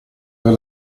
per